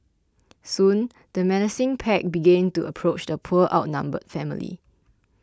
soon the menacing pack began to approach the poor outnumbered family